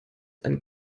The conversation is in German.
ein